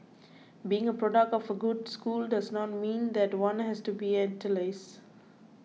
being a product of a good school does not mean that one has to be an elitist